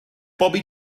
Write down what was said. bobi